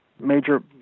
major